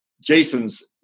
Jason's